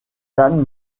lame